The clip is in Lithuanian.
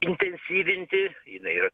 intensyvinti jinai yra